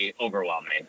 overwhelming